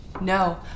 No